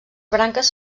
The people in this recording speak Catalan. branques